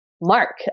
mark